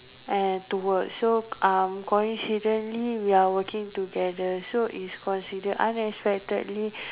and to work so uh coincidentally we are working together so it's considered unexpectedly